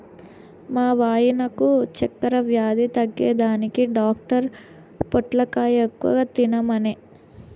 మా వాయినకు చక్కెర వ్యాధి తగ్గేదానికి డాక్టర్ పొట్లకాయ ఎక్కువ తినమనె